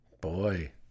boy